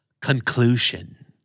Conclusion